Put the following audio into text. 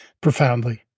profoundly